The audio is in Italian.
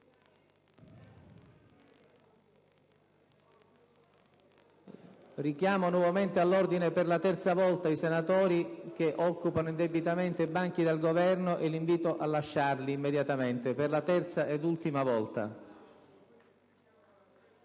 Richiamo nuovamente all'ordine, per la terza volta, i senatori che occupano indebitamente i banchi del Governo e li invito a lasciarli immediatamente, per la terza ed ultima volta.